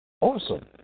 awesome